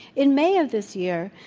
in may of this year,